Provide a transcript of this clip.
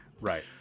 right